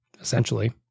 essentially